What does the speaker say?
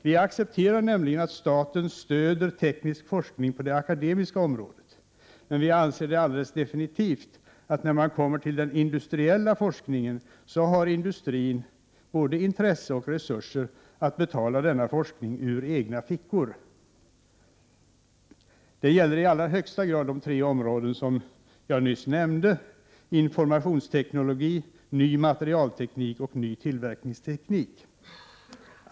Vi accepterar nämligen att staten stöder teknisk forskning på det akademiska området, men vi anser alldeles bestämt, att när man kommer till den industriella forskningen, har industrin både intresse och resurser att betala denna forskning ur egna fickor. Det gäller i allra högsta grad de tre områden som jag nyss nämnde, nämligen informationsteknologi, ny materialteknik och ny tillverkningsteknik.